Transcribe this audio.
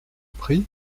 pris